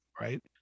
right